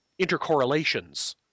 intercorrelations